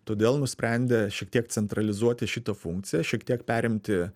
todėl nusprendė šiek tiek centralizuoti šitą funkciją šiek tiek perimti